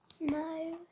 No